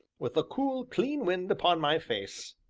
with the cool, clean wind upon my face.